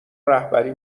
رهبری